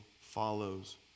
follows